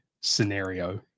scenario